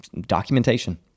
documentation